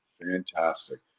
Fantastic